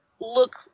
look